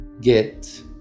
get